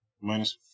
Minus